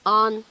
on